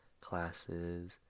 classes